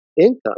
income